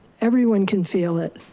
everyone can feel it,